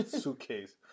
suitcase